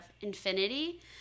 infinity